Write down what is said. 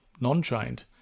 non-trained